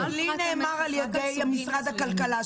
לי נאמר על ידי משרד הכלכלה,